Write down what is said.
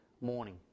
morning